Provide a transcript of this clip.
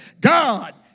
God